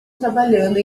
trabalhando